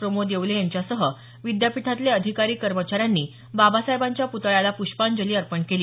प्रमोद येवले यांच्यासह विद्यापीठातले अधिकारी कर्मचाऱ्यांनी बाबासाहेबांच्या पुतळ्याला पुष्पांजली अर्पण केली